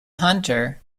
hunter